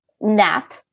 nap